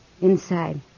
inside